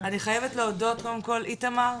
אני חייבת להודות, איתמר,